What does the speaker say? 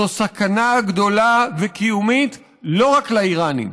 הוא סכנה גדולה וקיומית לא רק לאיראנים.